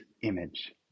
image